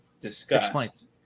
discussed